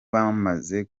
bamaze